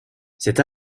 cette